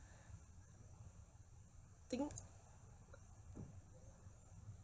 think